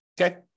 Okay